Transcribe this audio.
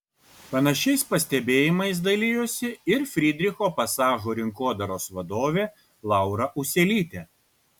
panašiais pastebėjimais dalijosi ir frydricho pasažo rinkodaros vadovė laura ūselytė